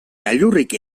gailurrik